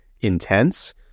intense